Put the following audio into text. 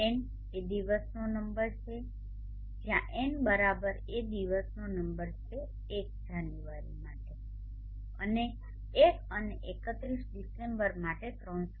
N એ દિવસનો નંબર છે જ્યાં એન બરાબર એ દિવસનો નંબર છે 1 જાન્યુઆરી માટે અને 1 અને 31 ડિસેમ્બર માટે 365